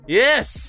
yes